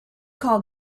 call